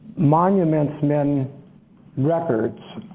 monuments men records